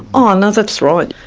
ah no, that's right.